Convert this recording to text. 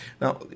Now